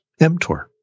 mTOR